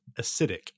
acidic